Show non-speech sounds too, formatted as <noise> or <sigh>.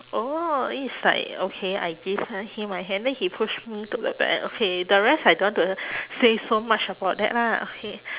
oh it is like okay I give uh him my hand then he push me to the back okay the rest I don't want to <breath> say so much about that lah okay